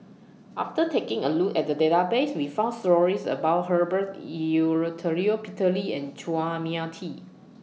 after taking A Look At The Database We found stories about Herbert Eleuterio Peter Lee and Chua Mia Tee